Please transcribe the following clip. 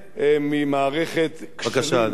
ממערכת כשלים, בבקשה, אדוני.